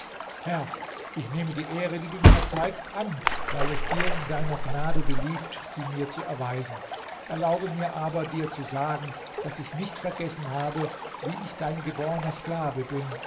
herr ich nehme die ehre die du mir erzeigst an weil es dir in deiner gnade beliebt sie mir zu erweisen erlaube mir aber dir zu sagen daß ich nicht vergessen habe wie ich dein geborner sklave bin